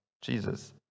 Jesus